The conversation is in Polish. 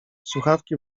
słuchawki